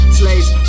slaves